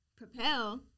Propel